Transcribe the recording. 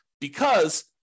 because-